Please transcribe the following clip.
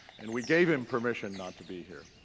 and we gave him permission not to be here.